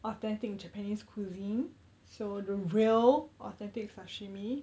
authentic japanese cuisine so the real authentic sashimi